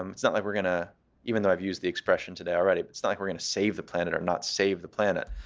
um it's not like we're going to even though i've used the expression today already, but it's not like we're going to save the planet or not save the planet.